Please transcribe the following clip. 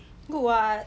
good [what]